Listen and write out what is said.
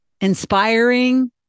inspiring